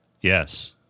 Yes